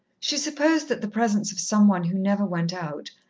she supposed that the presence of some one who never went out,